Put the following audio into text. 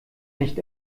nicht